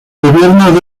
gobierno